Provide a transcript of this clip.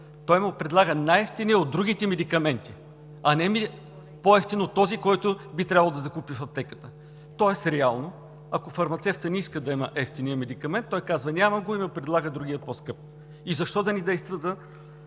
Той му предлага най-евтиния от другите медикаменти, а не по-евтин от този, който би трябвало да закупи в аптеката. Тоест реално, ако фармацевтът не иска да има евтиния медикамент, той казва: нямам го, и му предлага другия – по скъп. Защо да не действа за